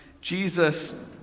Jesus